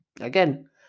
Again